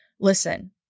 Listen